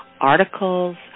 articles